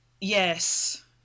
Yes